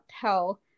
tell